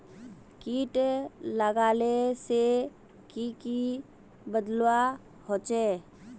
किट लगाले से की की बदलाव होचए?